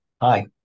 Hi